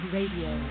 Radio